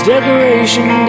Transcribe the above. Decoration